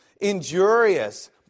injurious